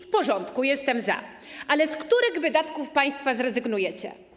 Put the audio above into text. W porządku, jestem za, ale z których wydatków państwa zrezygnujecie?